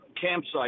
campsite